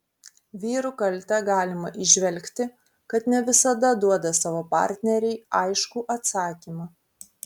vyrų kaltę galima įžvelgti kad ne visada duoda savo partnerei aiškų atsakymą